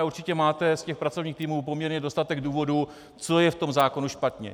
Určitě máte z těch pracovních týmů poměrně dostatek důvodů, co je v tom zákonu špatně.